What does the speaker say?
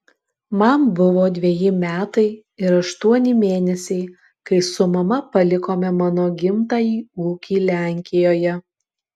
man buvo dveji metai ir aštuoni mėnesiai kai su mama palikome mano gimtąjį ūkį lenkijoje